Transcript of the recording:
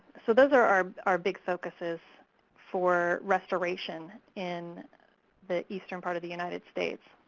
so those are our our big focuses for restoration in the eastern part of the united states.